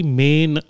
main